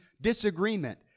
disagreement